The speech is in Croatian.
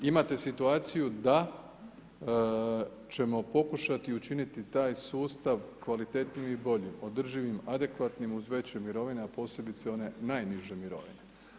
Imate situaciju da ćemo pokušati učiniti taj sustav kvalitetnijim i boljim, održivim adekvatnim uz veće mirovine a posebice one najniže mirovine.